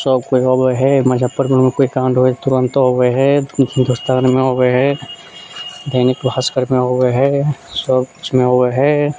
चौक पर अबैया मुजफ्फरपुरमे कोइ काण्ड होय हइ तऽ तुरंत अबैत हइ हिंदुस्तानमे अबैत हइ दैनिक भास्करमे अबैत हइ सब किछुमे अबैत हइ